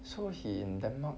so he in denmark